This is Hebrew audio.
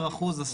רוצה 50%?